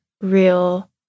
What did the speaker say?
real